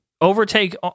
overtake